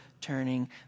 turning